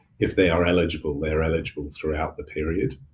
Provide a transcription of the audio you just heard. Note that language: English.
if they are eligible, they're eligible throughout the period.